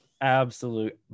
absolute